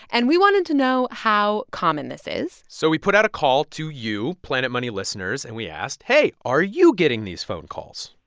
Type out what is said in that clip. and we wanted to know how common this is so we put out a call to you, planet money listeners. and we asked, hey, are you getting these phone calls?